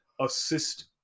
assist